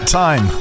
time